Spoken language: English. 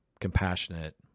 compassionate